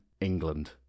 england